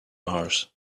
mars